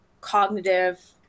cognitive